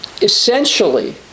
essentially